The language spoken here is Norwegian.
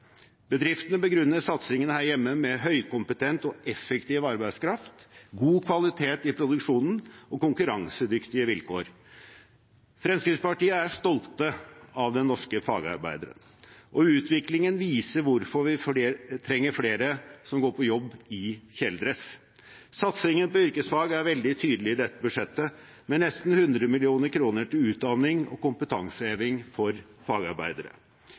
Bedriftene begrunner satsingen her hjemme med høykompetent og effektiv arbeidskraft, god kvalitet i produksjonen og konkurransedyktige vilkår. Fremskrittspartiet er stolt av den norske fagarbeideren, og utviklingen viser hvorfor vi trenger flere som går på jobb i kjeledress. Satsingen på yrkesfag er veldig tydelig i dette budsjettet, med nesten 100 mill. kr til utdanning og kompetanseheving for fagarbeidere.